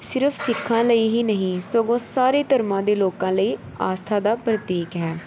ਸਿਰਫ ਸਿੱਖਾਂ ਲਈ ਹੀ ਨਹੀਂ ਸਗੋਂ ਸਾਰੇ ਧਰਮਾਂ ਦੇ ਲੋਕਾਂ ਲਈ ਆਸਥਾ ਦਾ ਪ੍ਰਤੀਕ ਹੈ